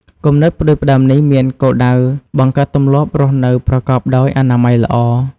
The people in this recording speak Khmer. គំនិតផ្តួចផ្តើមនេះមានគោលដៅបង្កើតទម្លាប់រស់នៅប្រកបដោយអនាម័យល្អ។